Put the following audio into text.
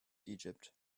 egypt